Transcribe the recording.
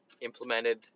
implemented